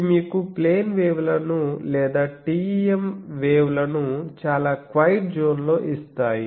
అవి మీకు plane wave లను లేదా TEM వేవ్ లను చాలా క్వయిట్ జోన్లో ఇస్తాయి